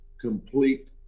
complete